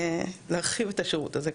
הוא להרחיב את השירות הזה,